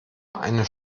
eine